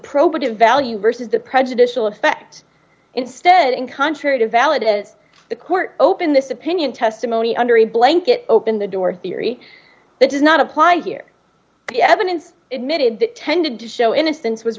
probative value versus the prejudicial effect instead and contrary to validates the court open this opinion testimony under a blanket open the door theory does not apply here the evidence it made it tended to show innocence was